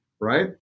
right